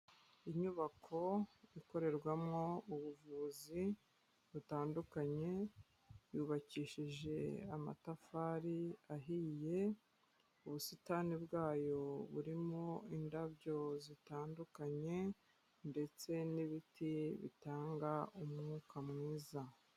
Inyubako ikorerwamo ubuvuzi butandukanye yubakishije amatafari ahiye, ubusitani bwayo burimo indabyo zitandukanye, ndetse n'ibiti bitanga umwuka mwiza.